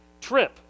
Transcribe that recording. trip